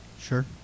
sure